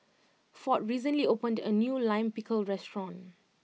Ford recently opened a new Lime Pickle restaurant